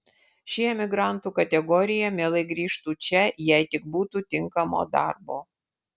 ši emigrantų kategorija mielai grįžtu čia jei tik būtų tinkamo darbo